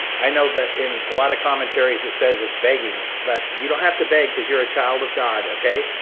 i know that in a lot of commentaries it says it's begging, but you don't have to beg cause you're a child of god, okay?